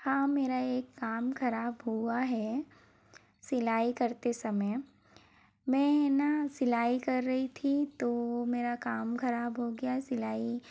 हाँ मेरा एक काम खराब हुआ है सिलाई करते समय मैं ना सिलाई कर रही थी तो मेरा काम खराब हो गया सिलाई